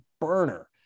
burner